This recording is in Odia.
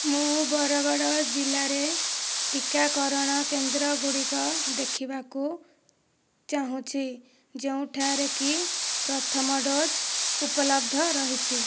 ମୁଁ ବରଗଡ଼ ଜିଲ୍ଲାରେ ଟିକାକରଣ କେନ୍ଦ୍ରଗୁଡ଼ିକ ଦେଖିବାକୁ ଚାହୁଁଛି ଯେଉଁଠାରେ କି ପ୍ରଥମ ଡ଼ୋଜ୍ ଉପଲବ୍ଧ ରହିଛି